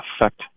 effect